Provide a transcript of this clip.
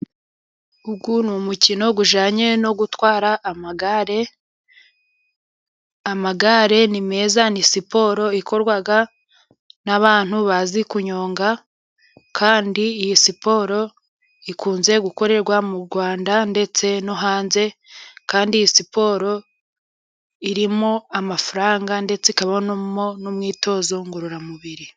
Uyu ni umukino ujyanye no gutwara amagare, amagare ni meza ni siporo ikorwa n'abantu bazi kunyonga, kandi iyi siporo ikunze gukorerwa mu Rwanda ndetse no hanze, kandi iyo siporo irimo amafaranga ndetse ikabamo n'umwitozo ngororamubiri.